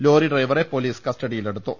lorry ഡ്രൈവറെ police കസ്റ്റഡിയിലെടുത്തു